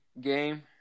game